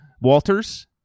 Walters